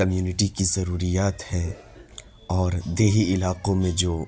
community کی ضروریات ہیں اور دیہی علاقوں میں جو